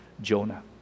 Jonah